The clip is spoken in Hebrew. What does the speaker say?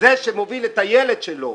זה שמוביל את הילד שלו